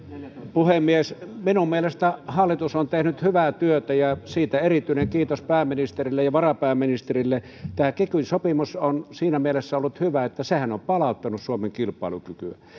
puhemies minun mielestäni hallitus on tehnyt hyvää työtä ja siitä erityinen kiitos pääministerille ja varapääministerille tämä kiky sopimus on siinä mielessä ollut hyvä että sehän on palauttanut suomen kilpailukykyä